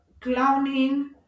clowning